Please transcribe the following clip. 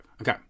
okay